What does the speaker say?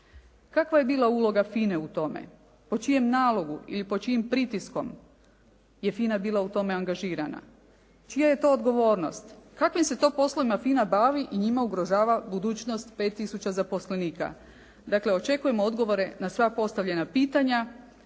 Kakva je bila uloga FINA-e u tome? Po čijem nalogu ili pod čijim pritiskom je FINA bila u tome angažirana? Čija je to odgovornost? Kakvim se to poslovima FINA bavi i njima ugrožava budućnost 5 tisuća zaposlenika? Dakle očekujemo odgovore na sva postavljena pitanja.